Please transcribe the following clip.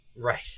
right